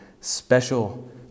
special